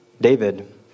David